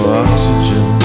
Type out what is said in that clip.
oxygen